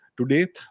today